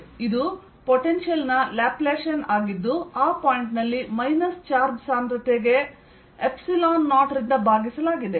ಇದ Laplacian potential ಆಗಿದ್ದು ಆ ಪಾಯಿಂಟ್ ನಲ್ಲಿ ಮೈನಸ್ ಚಾರ್ಜ್ ಸಾಂದ್ರತೆಗೆ ϵ0 ರಿಂದ ಭಾಗಿಸಲಾಗಿದೆ